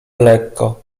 lekko